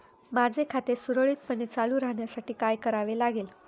माझे खाते सुरळीतपणे चालू राहण्यासाठी काय करावे लागेल?